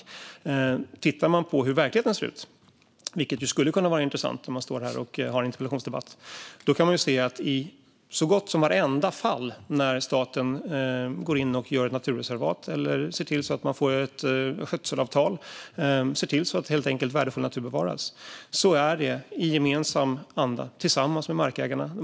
Om man tittar på hur verkligheten ser ut, vilket skulle kunna vara intressant när man ska ha en interpellationsdebatt, kan man se att det i så gott som vartenda fall där staten går in och gör ett naturreservat eller ser till att det blir ett skötselavtal, helt enkelt ser till att värdefull natur bevaras, så sker det i gemensam anda, tillsammans med markägarna.